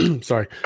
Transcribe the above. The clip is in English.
Sorry